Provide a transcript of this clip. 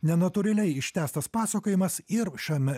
nenatūraliai ištęstas pasakojimas ir šiame